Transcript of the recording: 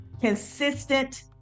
consistent